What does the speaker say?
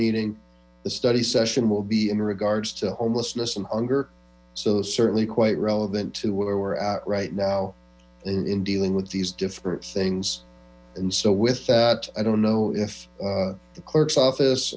meeting the study session will be in regards to homelessness and hunger so certainly quite relevant to where we're at right now in dealing with these difficult things and so with that i don't know if the clerks office